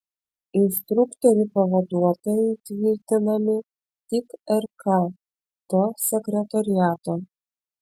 instruktorių pavaduotojai tvirtinami tik rk to sekretoriato